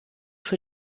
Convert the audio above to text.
für